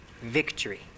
victory